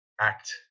act